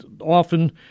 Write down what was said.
often